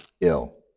ill